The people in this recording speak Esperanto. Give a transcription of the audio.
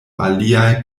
aliaj